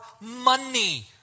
money